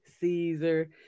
Caesar